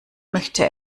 möchte